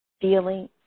Feeling